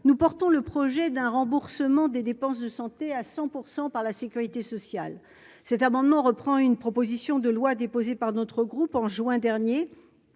nous portons le projet d'un remboursement des dépenses de santé à 100 % par la Sécurité sociale, cet amendement reprend une proposition de loi déposée par notre groupe en juin dernier,